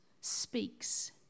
speaks